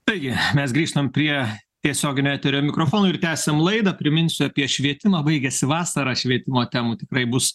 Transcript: taigi mes grįžtam prie tiesioginio eterio mikrofono ir tęsiam laidą priminsiu apie švietimą baigiasi vasarą švietimo temų tikrai bus